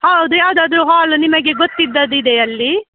ಹೌದು ಯಾವುದಾದ್ರು ಹಾಲ್ ನಿಮಗೆ ಗೊತ್ತಿದ್ದದ್ದು ಇದೆಯಾ ಅಲ್ಲಿ